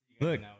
Look